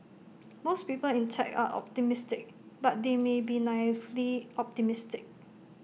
most people in tech are optimistic but they may be naively optimistic